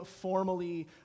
formally